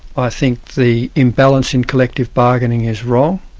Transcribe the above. i think the imbalance in collective bargaining is wrong,